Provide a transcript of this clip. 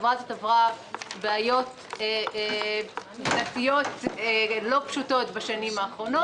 החברה הזאת עברה בעיות עובדתיות לא פשוטות בשנים האחרונות.